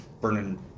burning